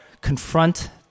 confront